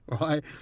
right